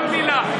כל מילה.